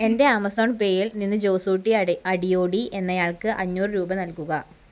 എൻ്റെ ആമസോൺ പേയിൽ നിന്ന് ജോസൂട്ടി അടി അടിയോടി എന്നയാൾക്ക് അഞ്ഞൂറ് രൂപ നൽകുക